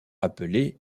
appelé